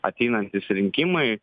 ateinantys rinkimai